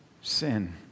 sin